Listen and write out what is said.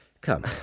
Come